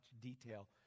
detail